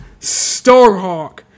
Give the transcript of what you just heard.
Starhawk